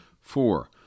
Four